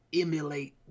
emulate